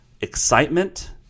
Excitement